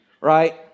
right